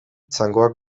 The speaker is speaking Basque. txangoak